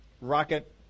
rocket